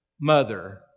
mother